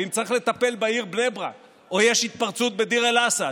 ואם צריך לטפל בעיר בני ברק או שיש התפרצות בדיר אל אסד,